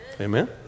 Amen